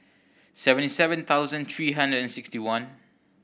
seventy seven thousand three hundred and sixty one